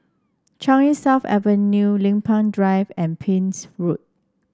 Changi South Avenue Lempeng Drive and Pepys Road